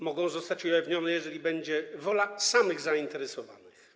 Mogą one zostać ujawnione, jeżeli będzie wola samych zainteresowanych.